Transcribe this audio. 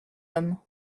homme